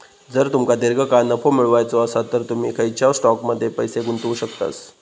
जर तुमका दीर्घकाळ नफो मिळवायचो आसात तर तुम्ही खंयच्याव स्टॉकमध्ये पैसे गुंतवू शकतास